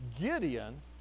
Gideon